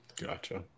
Gotcha